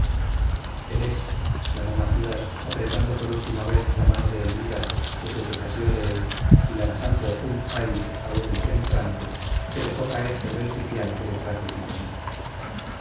exclamó macías apretando por última vez la mano de elvira que se desasió de él y lanzando un ay agudo y penetrante se dejó caer sobre el sitial que detrás de sí tenía